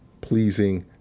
pleasing